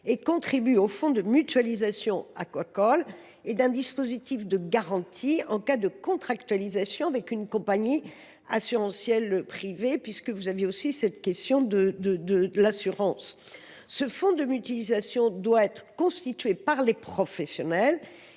et contribue au fonds de mutualisation aquacole. Un dispositif de garantie est également prévu en cas de contractualisation avec une compagnie assurantielle privée, pour répondre à votre question sur l’assurance. Ce fonds de mutualisation doit être constitué par les professionnels,